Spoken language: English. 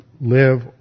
live